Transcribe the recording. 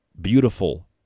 beautiful